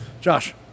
Josh